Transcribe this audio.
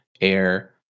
air